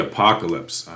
Apocalypse